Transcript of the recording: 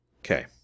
Okay